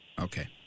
Okay